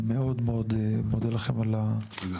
אני מאוד מאוד מודה לכם ההגעה,